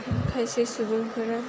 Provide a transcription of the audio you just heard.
खायसे सुबुंफोरा